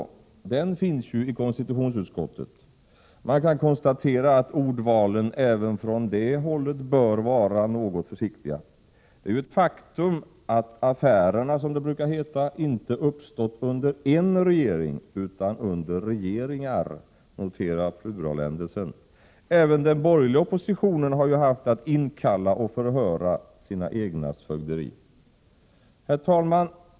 Den finns ju i konstitutionsutskottet. Man kan konstatera att ordvalen även från det hållet bör vara något försiktiga. Det är ju ett faktum att ”affärerna”, som det brukar heta, inte uppstått under en regering utan under regeringar. Notera pluraländelsen! Även den borgerliga oppositionen har ju haft att inkalla och förhöra sina egna om deras fögderi. Herr talman!